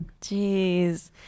Jeez